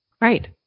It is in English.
right